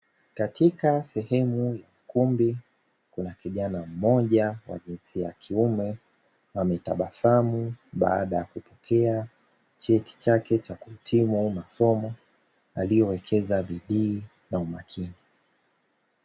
Katika sehemu ya ukumbi kuna kijana mmoja wa jinsia ya kiume, ametabasamu baada ya kupokea cheti chake cha kuhitimu masomo, aliyowekeza bidii na umakini.